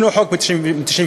יש חוק מ-1997,